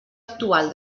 actual